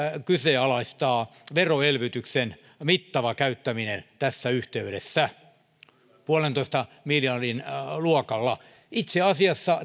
kyseenalaistaa veroelvytyksen mittava käyttäminen tässä yhteydessä yhden pilkku viiden miljardin luokalla itse asiassa